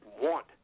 want